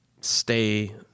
stay